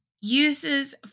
Uses